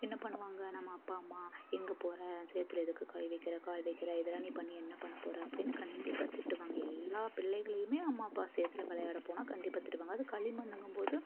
என்ன பண்ணுவாங்க நம்ம அப்பா அம்மா எங்கே போகிற சேத்தில் எதுக்கு கை வைக்கிற கால் வைக்கிற இதெல்லாம் நீ பண்ணி என்ன பண்ணப் போகிற அப்படின்னு கண்டிப்பாக திட்டுவாங்க எல்லா பிள்ளைகளையுமே அம்மா அப்பா சேத்தில் விளையாட போனால் கண்டிப்பாக திட்டுவாங்க அதுவும் களிமண்ணுங்கும் போது